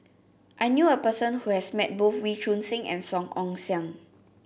I knew a person who has met both Wee Choon Seng and Song Ong Siang